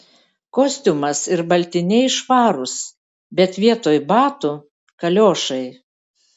kostiumas ir baltiniai švarūs bet vietoj batų kaliošai